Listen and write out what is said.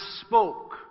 spoke